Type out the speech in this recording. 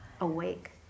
awake